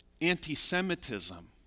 anti-Semitism